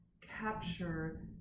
capture